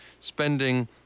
spending